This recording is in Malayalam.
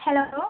ഹലോ ഓ